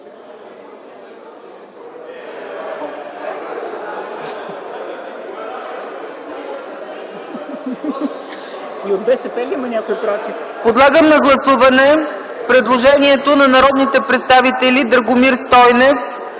Подлагам на гласуване предложението на народните представители Стефан